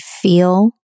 feel